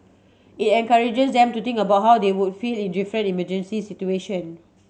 it encourages them to think about how they would feel in different emergency situation